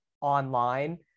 online